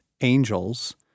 angels